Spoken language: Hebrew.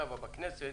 בכנסת,